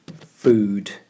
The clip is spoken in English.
food